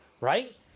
right